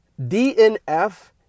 DNF